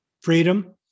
Freedom